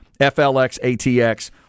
FLXATX